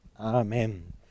Amen